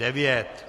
9.